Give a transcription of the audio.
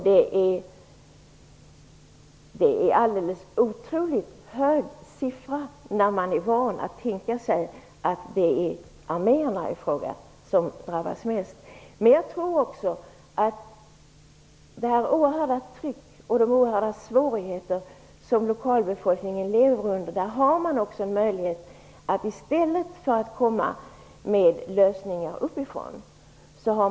Det är en otroligt hög siffra när man är van att tänka sig att det är arméerna som drabbas mest. Jag tror också att det oerhörda trycket och de oerhörda svårigheter som lokalbefolkningen lever under, skapar en grund för att få fram fred underifrån i stället för att komma med lösningar uppifrån.